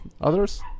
others